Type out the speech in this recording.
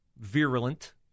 virulent